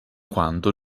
quando